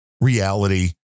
reality